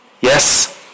Yes